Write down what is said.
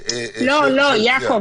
והוא צודק,